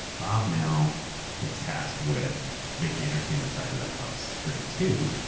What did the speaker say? bob now gets tasked with make the entertainment side of the house great, too.